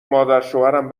مادرشوهرم